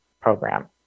program